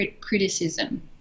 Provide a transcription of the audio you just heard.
criticism